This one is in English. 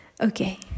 Okay